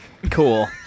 Cool